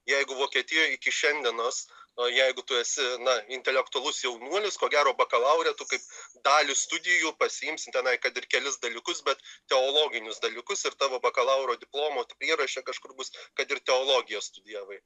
jeigu vokietijoje iki šiandienos o jeigu tu esi na intelektualus jaunuolis ko gero bakalaure tu kaip dalį studijų pasiimsi tenai kad ir kelis dalykus bet teologinius dalykus ir tavo bakalauro diplomo prieraše kažkur bus kad ir teologiją studijavai